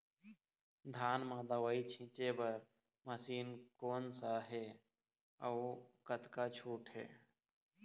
धान म दवई छींचे बर मशीन कोन सा हे अउ कतका छूट हे?